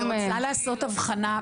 אני רוצה לעשות הבחנה,